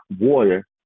water